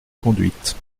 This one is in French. conduite